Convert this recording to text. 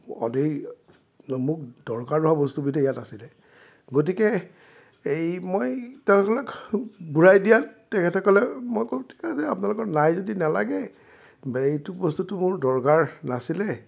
মোক দৰকাৰ নোহোৱা বস্তুবিধহে ইয়াত আছিলে গতিকে এই মই তেখেতসকলক ঘূৰাই দিয়াত তেখেতে ক'লে মই ক'লো আপোনালোকৰ নাই যদি নালাগে এইটো বস্তুটো মোৰ দৰকাৰ নাছিলে